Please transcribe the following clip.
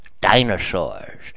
dinosaurs